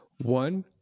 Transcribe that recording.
one